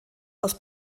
aus